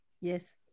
Yes